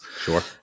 Sure